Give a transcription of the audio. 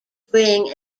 bring